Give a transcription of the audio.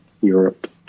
Europe